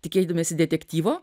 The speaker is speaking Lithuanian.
tikėdamiesi detektyvo